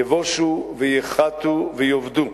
יבושו וייכרתו ויאבדו.